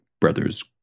brother's